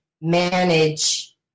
manage